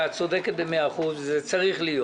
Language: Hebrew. את צודקת במאה אחוז, וזה צריך להיות.